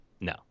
No